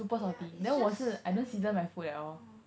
yeah it's just everything orh